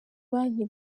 banki